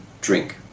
drink